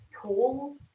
cool